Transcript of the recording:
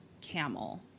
Camel